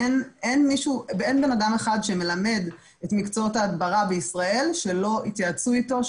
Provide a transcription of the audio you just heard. אין בן אדם אחד שמלמד את מקצועות ההדברה בישראל שלא התייעצו איתו,